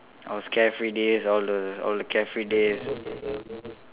I was carefree days all the all the carefree days